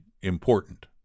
important